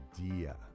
idea